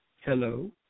Hello